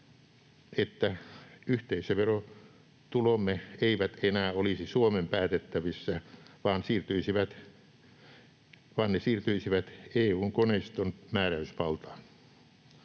että yhteisöverotulomme eivät enää olisi Suomen päätettävissä vaan ne siirtyisivät EU:n koneiston määräysvaltaan.